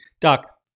Doc